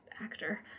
actor